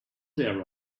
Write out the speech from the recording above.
there